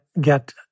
get